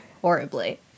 horribly